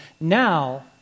Now